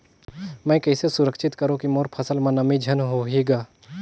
मैं कइसे सुरक्षित करो की मोर फसल म नमी झन होही ग?